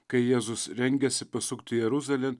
kai jėzus rengėsi pasukti jeruzalėn